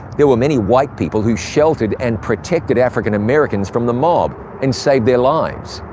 there were many white people who sheltered and protected african-americans from the mob and saved their lives.